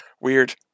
Weird